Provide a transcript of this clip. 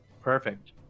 Perfect